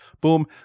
Boom